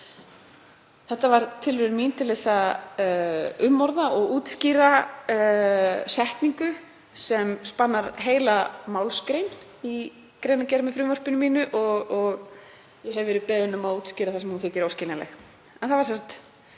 Þetta var tilraun mín til að umorða og útskýra málsgrein sem spannar heila efnisgrein í greinargerð með frumvarpinu mínu og ég hef verið beðinn um að útskýra þar sem hún þykir óskiljanleg.